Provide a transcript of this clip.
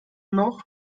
noch